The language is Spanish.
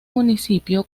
municipio